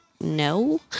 no